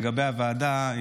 לגבי הוועדה,